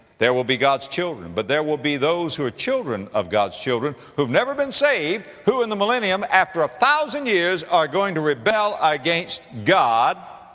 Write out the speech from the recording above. there will be god's children but there will be those who are children of god's children who've never been saved, who, in the millennium, after a thousand years, are going to rebel against god